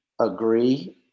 agree